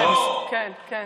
כן, כן.